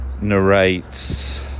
narrates